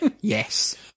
Yes